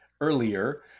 earlier